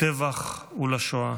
טבח ושואה,